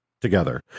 together